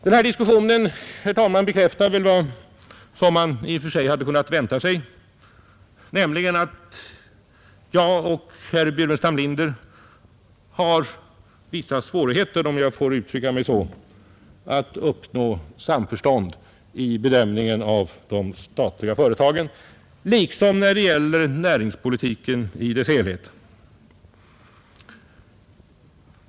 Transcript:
Den här diskussionen, herr talman, bekräftar väl vad man i och för sig hade kunnat vänta sig, nämligen att jag och herr Burenstam Linder har vissa svårigheter — om jag får uttrycka mig så — att uppnå samförstånd i bedömningen av de statliga företagen, liksom när det gäller näringspolitiken i dess helhet.